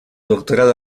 doctorado